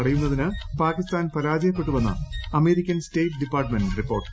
തടയുന്നതിന് പാകിസ്ഥാൻ പരാജയപ്പെട്ടുവെന്ന് American state department report